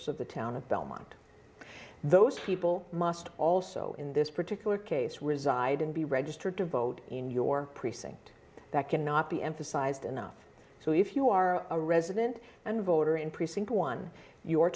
of the town of belmont those people must also in this particular case reside and be registered to vote in your precinct that cannot be emphasized enough so if you are a resident and voter in precinct one your twe